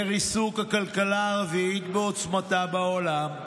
לריסוק הכלכלה הרביעית בעוצמתה בעולם,